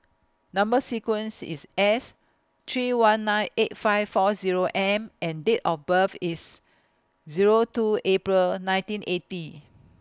Number sequence IS S three one nine eight five four Zero M and Date of birth IS Zero two April nineteen eighty